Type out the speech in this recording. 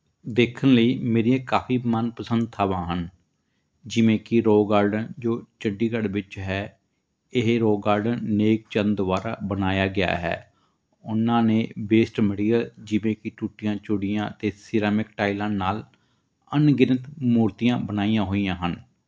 ਦੇਖਣ ਲਈ ਮੇਰੀਆਂ ਕਾਫੀ ਮਨਪਸੰਦ ਥਾਂਵਾ ਹਨ ਜਿਵੇਂ ਕਿ ਰੋਕ ਗਾਰਡਨ ਜੋ ਚੰਡੀਗੜ੍ਹ ਵਿੱਚ ਹੈ ਇਹ ਰੋਕ ਗਾਰਡਨ ਨੇਕ ਚੰਦ ਦੁਆਰਾ ਬਣਾਇਆ ਗਿਆ ਹੈ ਉਹਨਾਂ ਨੇ ਵੇਸਟ ਮਟੀਰੀਅਰ ਜਿਵੇਂ ਕਿ ਟੂਟੀਆਂ ਚੂੜੀਆਂ ਅਤੇ ਸਿਰਾਮਿਕ ਟਾਈਲਾਂ ਨਾਲ ਅਣਗਿਣਤ ਮੂਰਤੀਆਂ ਬਣਾਈਆਂ ਹੋਈਆਂ ਹਨ